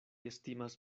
estimas